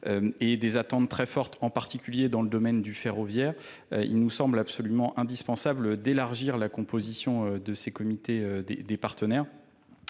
et des attentes très fortes, en particulier dans le domaine du ferroviaire, il nous semble absolument indispensable d'élargir la composition de ces comités, des partenaires